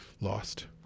lost